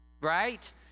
right